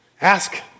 ask